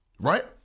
right